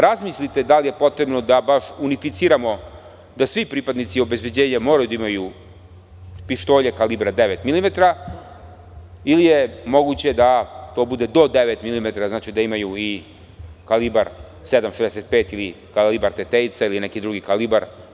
Razmislite da li je potrebno da baš unificiramo da baš svi pripadnici obezbeđenja moraju da imaju pištolje kalibra devet milimetara ili je moguće da to bude do devet milimetara, da imaju i kalibar 765 ili kalibar Tetejca ili neki drugi kalibar.